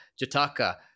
Jataka